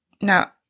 Now